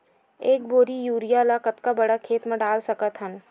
एक बोरी यूरिया ल कतका बड़ा खेत म डाल सकत हन?